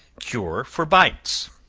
cure for bites.